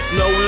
no